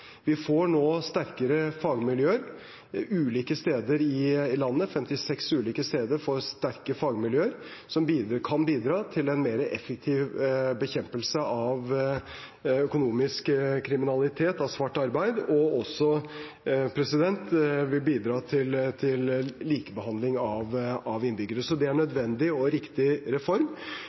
Vi får nå sterkere fagmiljøer 56 ulike steder i landet, noe som kan bidra til en mer effektiv bekjempelse av økonomisk kriminalitet og svart arbeid, og det vil også bidra til likebehandling av innbyggerne. Så det er en nødvendig og riktig reform.